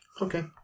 Okay